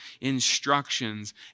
instructions